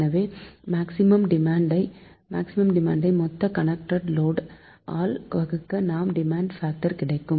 எனவே maximum demand ஐ மொத்த கனெக்டட் லோடு ஆல் வகுக்க நமக்கு டிமாண்ட் பாக்டர் கிடைக்கும்